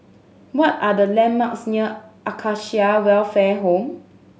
what are the landmarks near Acacia Welfare Home